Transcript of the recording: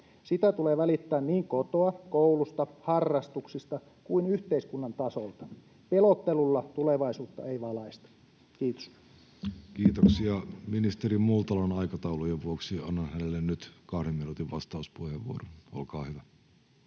Sitä tulee välittää niin kotoa, koulusta, harrastuksista kuin yhteiskunnan tasolta. Pelottelulla tulevaisuutta ei valaista. — Kiitos. Kiitoksia. — Ministeri Multalan aikataulujen vuoksi annan hänelle nyt kahden minuutin vastauspuheenvuoron. — Olkaa hyvä.